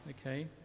Okay